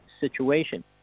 situation